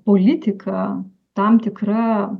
politika tam tikra